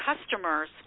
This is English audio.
customers